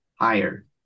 higher